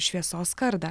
šviesos kardą